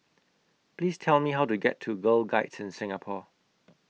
Please Tell Me How to get to Girl Guides in Singapore